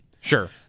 Sure